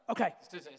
Okay